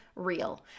real